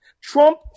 Trump